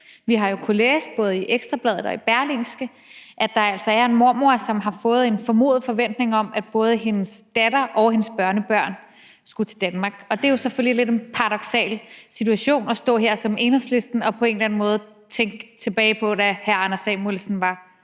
Vi har jo kunnet læse både i Ekstra Bladet og i Berlingske, at der altså er en mormor, som har haft en formodning og forventning om, at både hendes datter og hendes børnebørn skulle til Danmark. Det er selvfølgelig lidt en paradoksal situation at stå i her for Enhedslisten – altså på en eller anden måde tænke tilbage på den tid, da hr. Anders Samuelsen var